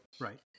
Right